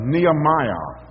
Nehemiah